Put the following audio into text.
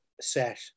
set